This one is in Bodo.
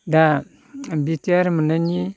दा बिटिआर मोननायनि